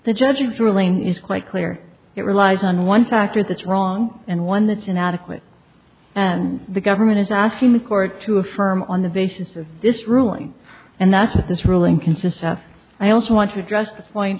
the judge's ruling is quite clear it relies on one factor that's wrong and one that's inadequate and the government is asking the court to affirm on the basis of this ruling and that's what this ruling consists of i also want to address the point